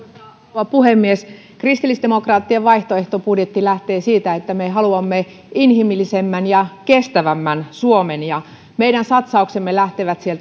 rouva puhemies kristillisdemokraattien vaihtoehtobudjetti lähtee siitä että me haluamme inhimillisemmän ja kestävämmän suomen meidän satsauksemme lähtevät